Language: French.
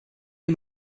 les